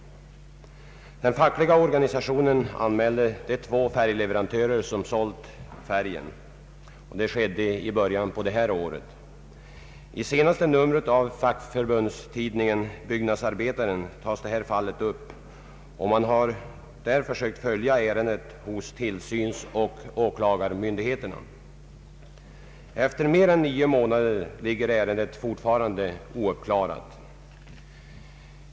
Den fackliga organisationen anmälde de två färgleverantörer som sålt färgen i början av detta år. I det senaste numret av fackförbundstidningen Byggnadsarbetaren tas fallet upp. Man har försökt följa ärendet hos tillsynsoch åklagarmyndigheterna. Efter mer än nio månader ligger ärendet fortfarande ouppklarat.